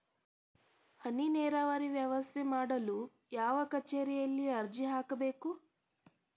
ಹನಿ ನೇರಾವರಿ ವ್ಯವಸ್ಥೆ ಮಾಡಲು ಯಾವ ಕಚೇರಿಯಲ್ಲಿ ಅರ್ಜಿ ಹಾಕಬೇಕು?